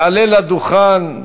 יעלה לדוכן,